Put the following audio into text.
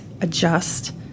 adjust